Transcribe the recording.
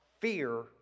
fear